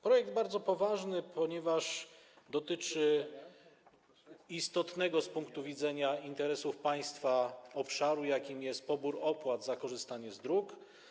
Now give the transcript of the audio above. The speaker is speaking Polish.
Projekt jest bardzo poważny, ponieważ dotyczy istotnego z punktu widzenia interesów państwa obszaru, jakim jest pobór opłat za korzystanie z dróg.